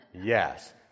Yes